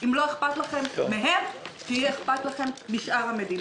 אם לא אכפת לכם מהם יהיה אכפת לכם משאר המדינה.